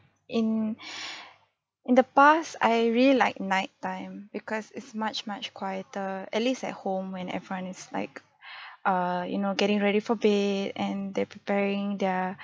in in the past I really like night time because it's much much quieter at least at home when everyone is like err you know getting ready for bed and they're preparing their